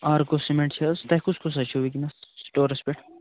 آرکو cement چھِ حظ تۄہہِ کُس کُس حظ چھُو وٕنۍکٮ۪ںَس سِٹورَس پٮ۪ٹھ